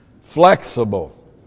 Flexible